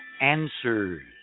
answers